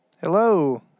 Hello